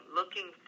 looking